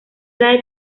era